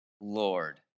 Lord